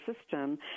system